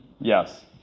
yes